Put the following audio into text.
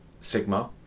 Sigma